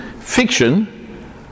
Fiction